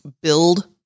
build